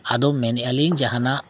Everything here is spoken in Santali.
ᱟᱫᱚ ᱢᱮᱱᱮᱫᱟ ᱞᱤᱧ ᱡᱟᱦᱟᱱᱟᱜ